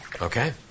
Okay